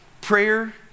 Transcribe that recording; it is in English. Prayer